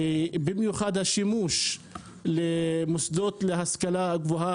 במיוחד לצורך הגעה למוסדות להשכלה גבוהה,